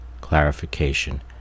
clarification